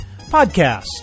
Podcast